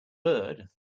bird